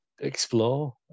explore